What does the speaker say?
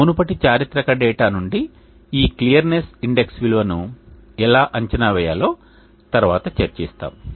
మునుపటి చారిత్రక డేటా నుండి ఈ క్లియర్నెస్ ఇండెక్స్ విలువను ఎలా అంచనా వేయాలో తరువాత చర్చిస్తాము